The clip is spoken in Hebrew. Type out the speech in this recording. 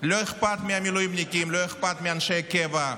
לא אכפת מהמילואימניקים לא אכפת מאנשי קבע,